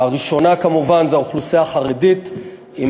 הראשונה כמובן זה האוכלוסייה החרדית עם